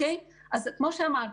כפי שאמרתי,